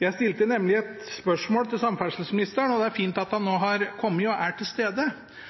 Jeg stilte nemlig et spørsmål til samferdselsministeren – det er fint at han nå har kommet, og er til stede